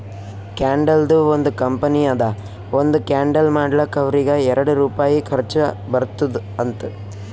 ಕ್ಯಾಂಡಲ್ದು ಒಂದ್ ಕಂಪನಿ ಅದಾ ಒಂದ್ ಕ್ಯಾಂಡಲ್ ಮಾಡ್ಲಕ್ ಅವ್ರಿಗ ಎರಡು ರುಪಾಯಿ ಖರ್ಚಾ ಬರ್ತುದ್ ಅಂತ್